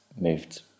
moved